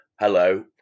hello